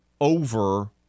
over